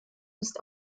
ist